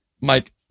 Mike